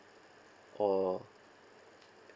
or